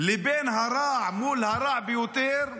לבין הרע מול הרע ביותר,